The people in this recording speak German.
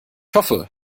hoffe